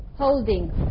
holding